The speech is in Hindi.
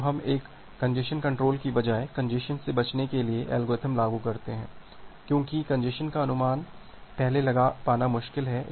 तो हम एक कंजेस्शन कंट्रोल की बजाय कंजेस्शन से बचने के एल्गोरिथ्म लागू करते हैं क्यूंकि कंजेस्शन का अनुमान पहेले लगा पाना मुश्किल है